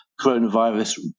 coronavirus